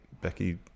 Becky